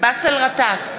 באסל גטאס,